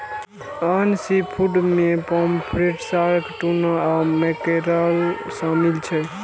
आन सीफूड मे pomfret, shark, tuna आ मैकेरल शामिल छै